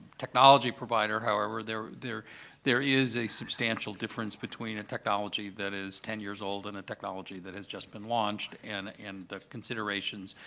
technology provider, however, there there is a substantial difference between a technology that is ten years old and a technology that has just been launched and and the considerations.